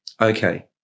Okay